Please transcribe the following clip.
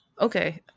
Okay